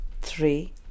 three